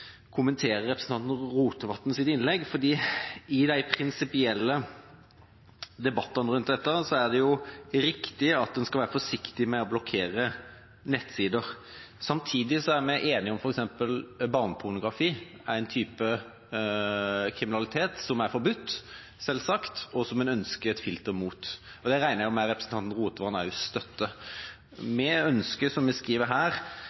i de prinsipielle debattene rundt dette er det riktig at en skal være forsiktig med å blokkere nettsider. Samtidig er vi enige om at f.eks. barnepornografi, en type kriminalitet som er forbudt, selvsagt, ønsker en et filter mot, og det regner jeg med representanten Rotevatn også støtter. Som vi skriver i merknadene her: